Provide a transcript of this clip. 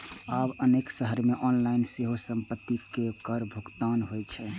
आब अनेक शहर मे ऑनलाइन सेहो संपत्ति कर के भुगतान होइ छै